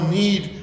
need